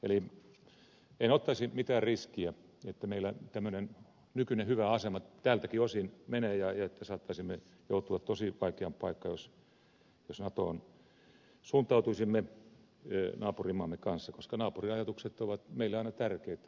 eli en ottaisi mitään riskiä että meillä tämmöinen nykyinen hyvä asema tältäkin osin menee ja että saattaisimme joutua tosi vaikeaan paikkaan naapurimaamme kanssa jos natoon suuntautuisimme koska naapurin ajatukset ovat meille aina tärkeitä